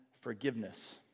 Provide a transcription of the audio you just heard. forgiveness